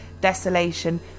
desolation